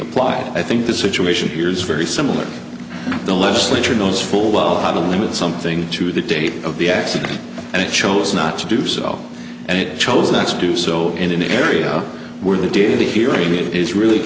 applied i think the situation here is very similar to the legislature knows full well how to limit something to the date of the accident and it chose not to do so and it chose next do so in an area where they did the hearing it is really